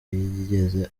yigeze